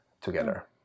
together